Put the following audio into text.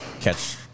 catch